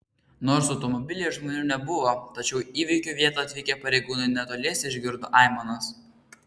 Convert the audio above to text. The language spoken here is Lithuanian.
nors automobilyje žmonių nebuvo tačiau į įvykio vietą atvykę pareigūnai netoliese išgirdo aimanas